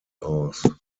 aus